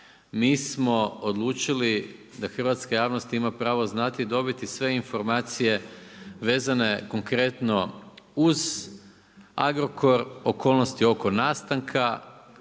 mi smo odlučili da hrvatska javnost ima pravo znati i dobiti sve informacije vezane konkretno uz Agrokor, okolnosti oko nastanka,